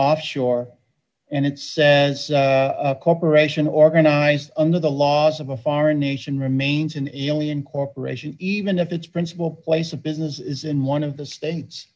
offshore and it says cooperation organized under the laws of a foreign nation remains an alien corporation even if its principal place of business is in one of the states